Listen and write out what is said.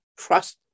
trust